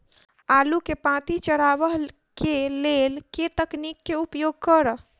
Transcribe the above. आलु केँ पांति चरावह केँ लेल केँ तकनीक केँ उपयोग करऽ?